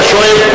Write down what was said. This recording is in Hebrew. אתה שואל.